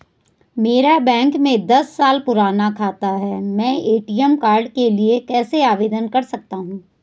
मेरा बैंक में दस साल पुराना खाता है मैं ए.टी.एम कार्ड के लिए कैसे आवेदन कर सकता हूँ?